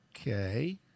okay